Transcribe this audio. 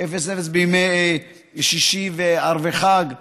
ל-13:00 בימי שישי וערבי חג,